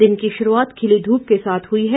दिन की शुरूआत खिली धूप के साथ हुई है